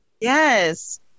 Yes